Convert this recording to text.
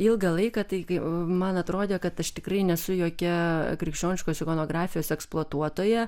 ilgą laiką tai kai man atrodė kad aš tikrai nesu jokia krikščioniškos ikonografijos eksploatuotoja